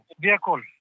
vehicle